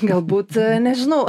galbūt nežinau